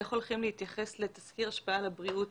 איך הולכים להתייחס לתסקיר השפעה על הבריאות